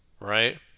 right